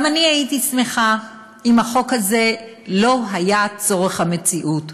גם אני הייתי שמחה לו החוק הזה לא היה צורך המציאות.